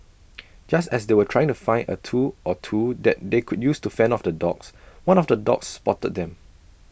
just as they were trying to find A tool or two that they could use to fend off the dogs one of the dogs spotted them